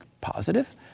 positive